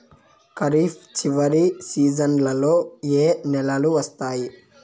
ఖరీఫ్ చివరి సీజన్లలో ఏ నెలలు వస్తాయి?